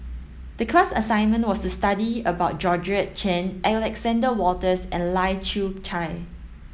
the class assignment was study about Georgette Chen Alexander Wolters and Lai Kew Chai